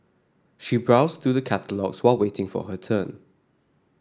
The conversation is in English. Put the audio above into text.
she browsed through the catalogues while waiting for her turn